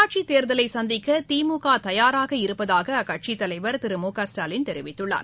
உள்ளாட்சித் தேர்தலை சந்திக்க திமுக தயாராக இருப்பதாக அக்கட்சித் தலைவர் திரு மு க ஸ்டாலின் தெரிவித்துள்ளார்